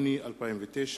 הנני מתכבד להודיע,